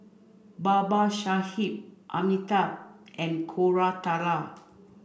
Babasaheb Amitabh and Koratala